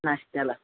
नाश्त्याला